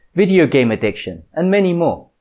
video game addiction, and many more.